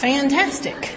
Fantastic